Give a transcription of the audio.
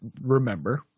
remember